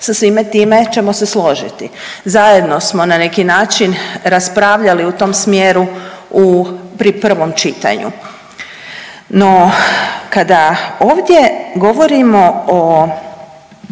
sa svime time ćemo se složiti. Zajedno smo na neki način raspravljali u tom smjeru pri prvom čitanju, no kada ovdje govorimo o